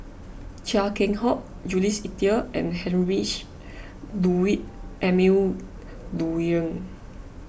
Chia Keng Hock Jules Itier and Heinrich Ludwig Emil Luering